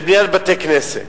לבניית בתי-כנסת?